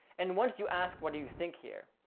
and once you ask, what do you think here,